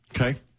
Okay